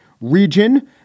region